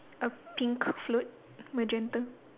a pink float magenta